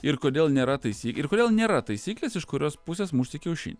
ir kodėl nėra taisy ir kodėl nėra taisyklės iš kurios pusės mušti kiaušinį